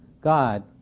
God